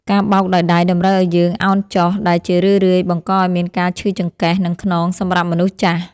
ការបោកដោយដៃតម្រូវឱ្យយើងអោនចុះដែលជារឿយៗបង្កឱ្យមានការឈឺចង្កេះ និងខ្នងសម្រាប់មនុស្សចាស់។